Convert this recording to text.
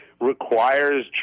requires